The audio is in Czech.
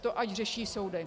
To ať řeší soudy.